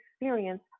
experience